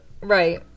Right